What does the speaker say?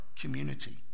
community